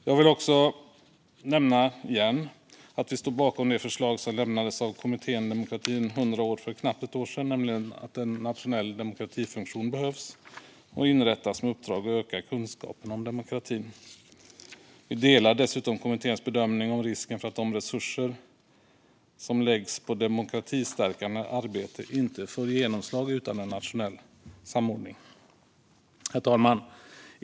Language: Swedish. Jag vill också nämna att vi står bakom det förslag som lämnades av kommittén Demokratin 100 år för knappt ett år sen, nämligen att en nationell demokratifunktion behövs och bör inrättas, med uppdrag att öka kunskaperna om demokratin. Vi delar dessutom kommitténs bedömning av risken för att de resurser som läggs på demokratistärkande arbete inte får genomslag utan en nationell samordning. Herr talman!